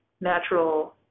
natural